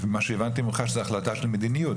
הבנתי ממך שזאת החלטה של מדיניות.